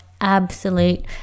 absolute